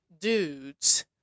dudes